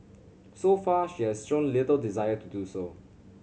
so far she has shown little desire to do so